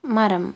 மரம்